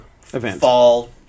fall